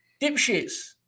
dipshits